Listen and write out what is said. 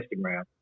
Instagram